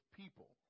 people